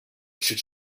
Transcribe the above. should